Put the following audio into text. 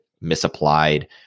misapplied